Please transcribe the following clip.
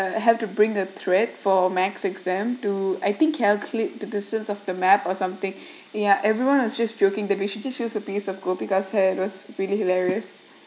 I have to bring the thread for math exam to I think calculate the distance of the map or something yeah everyone was just joking that we should just use a piece of kopica's hair because hair it was really hilarious